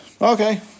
Okay